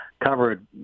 covered